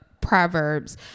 Proverbs